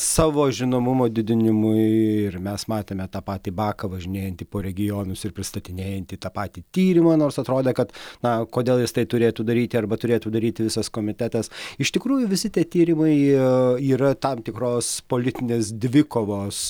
savo žinomumo didinimui ir mes matėme tą patį baką važinėjantį po regionus ir pristatinėjantį tą patį tyrimą nors atrodė kad na kodėl jis tai turėtų daryti arba turėtų daryti visas komitetas iš tikrųjų visi tie tyrimai jie yra tam tikros politinės dvikovos